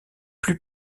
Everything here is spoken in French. plus